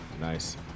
Nice